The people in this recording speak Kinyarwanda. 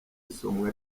isomwa